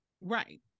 right